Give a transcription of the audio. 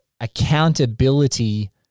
accountability